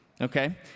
okay